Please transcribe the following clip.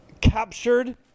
captured